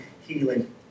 healing